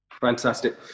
Fantastic